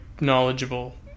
knowledgeable